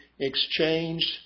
exchanged